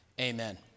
Amen